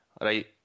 right